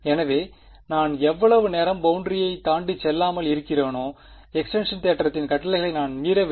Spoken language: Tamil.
எனவே நான் எவ்வளவு நேரம் பௌண்டரியைத் தாண்டிச் செல்லாமல் இருக்கிறேனோ எக்ஸ்டிங்க்ஷன் தேற்றத்தின் கட்டளைகளை நான் மீறவில்லை